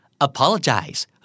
apologize